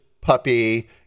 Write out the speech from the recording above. puppy